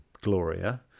gloria